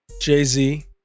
jay-z